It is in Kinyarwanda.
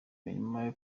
imirima